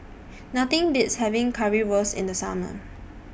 Nothing Beats having Currywurst in The Summer